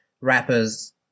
rappers